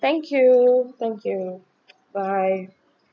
thank you thank you bye